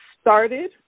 started